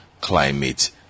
Climate